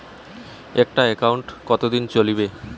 একটা একাউন্ট কতদিন চলিবে?